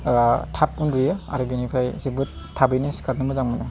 थाब उन्दुयो आरो बेनिफ्राय जोबोद थाबैनो सिखारनो मोजां मोनो